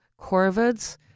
Corvid's